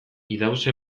idauze